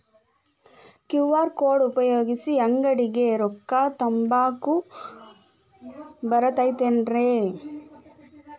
QR code ಉಪಯೋಗಿಸಿ, ಅಂಗಡಿಗೆ ರೊಕ್ಕಾ ತುಂಬಾಕ್ ಬರತೈತೇನ್ರೇ?